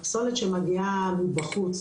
הפסולת שמגיעה מבחוץ,